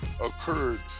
occurred